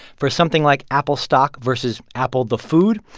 for something like apple stock versus apple, the food,